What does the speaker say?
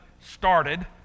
started